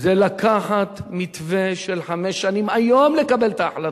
זה לקחת מתווה של חמש שנים, היום לקבל את ההחלטה,